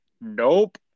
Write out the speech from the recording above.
Nope